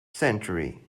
century